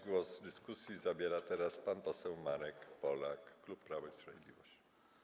Głos w dyskusji zabierze teraz pan poseł Marek Polak, klub Prawo i Sprawiedliwość.